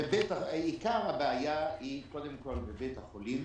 עיקר הבעיה היא קודם כל בבית החולים,